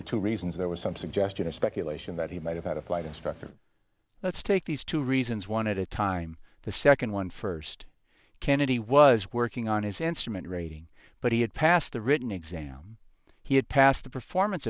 the two reasons there was some suggestion or speculation that he might have had a flight instructor let's take these two reasons one at a time the second one first kennedy was working on his instrument rating but he had passed the written exam he had passed the performance